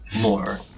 more